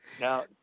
Now